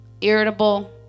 Irritable